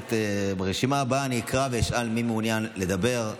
ברשימה הבאה אני אקרא ואשאל מי מעוניין לדבר,